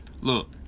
Look